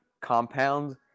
compound